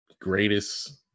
greatest